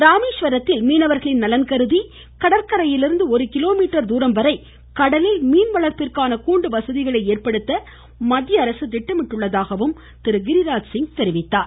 ராமேஸ்வரத்தில் மீனவர்களின் நலன்கருதி கடற்கரையிலிருந்து ஒரு கிலோமீட்டர் தூரம்வரை கடலில் மீன்வளர்ப்பிற்கான கூண்டு வசதிகளை ஏற்படுத்த மத்திய அரசு திட்டமிட்டுள்ளதாகவும் திரு கிரிராஜ் சிங் தெரிவித்தார்